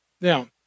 Now